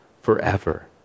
forever